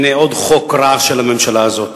הנה עוד חוק רע של הממשלה הזאת.